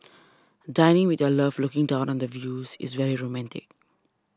dining with your love looking down on the views is very romantic